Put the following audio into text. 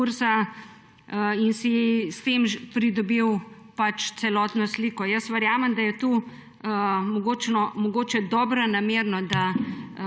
in si s tem pridobil celotno sliko? Jaz verjamem, da je to mogoče dobronamerno,